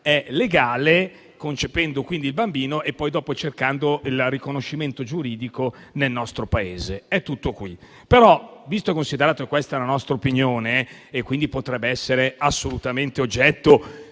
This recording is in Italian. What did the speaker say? legale, concependo quindi il bambino per cercare poi il riconoscimento giuridico nel nostro Paese. È tutto qui. Visto e considerato che questa è una nostra opinione e quindi potrebbe essere assolutamente oggetto